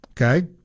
Okay